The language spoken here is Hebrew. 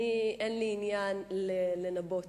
אין לי עניין לנבא,